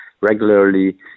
regularly